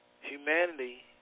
humanity